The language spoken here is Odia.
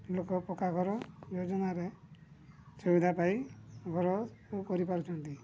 ଲୋକ ପକ୍କା ଘର ଯୋଜନାରେ ସୁବିଧା ପାଇ ଘରକୁ କରିପାରୁଛନ୍ତି